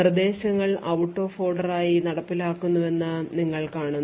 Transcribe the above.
നിർദ്ദേശങ്ങൾ out of order ആയി നടപ്പിലാക്കുന്നുവെന്ന് നിങ്ങൾ കാണുന്നു